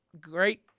great